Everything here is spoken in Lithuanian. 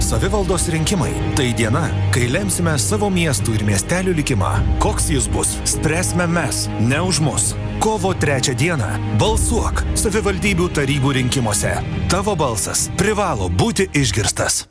savivaldos rinkimai tai diena kai lemsime savo miestų ir miestelių likimą koks jis bus spręsime mes ne už mus kovo trečią dieną balsuok savivaldybių tarybų rinkimuose tavo balsas privalo būti išgirstas